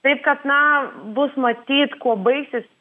taip kad na bus matyt kuo baigsis